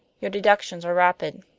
your deductions are rapid.